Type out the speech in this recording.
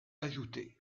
ajoutée